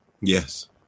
Yes